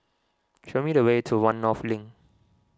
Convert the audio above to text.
show me the way to one North Link